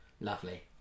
Lovely